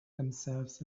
themselves